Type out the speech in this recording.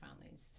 families